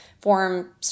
form